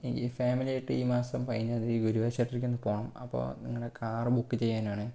എനിക്ക് ഫാമിലിയായിട്ട് ഈ മാസം പതിനൊന്നിന് എനിക്ക് ഗുരുവായൂർ ക്ഷേത്രത്തിലേക്ക് ഒന്ന് പോകണം അപ്പം നിങ്ങളുടെ കാർ ബുക്ക് ചെയ്യാൻ ആണേ